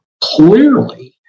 clearly